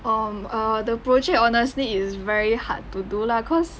um err the project honestly is very hard to do lah cause